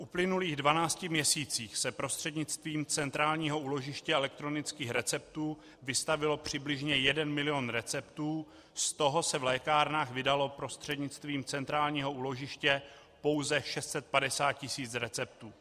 V uplynulých 12 měsících se prostřednictvím centrálního úložiště elektronických receptů vystavilo přibližně jeden milion receptů, z toho se v lékárnách vydalo prostřednictvím centrálního úložiště pouze 650 tisíc receptů.